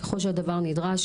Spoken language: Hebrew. ככל שהדבר נדרש,